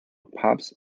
pubs